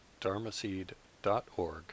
dharmaseed.org